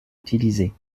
utilisés